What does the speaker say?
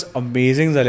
amazing